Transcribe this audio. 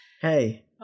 Hey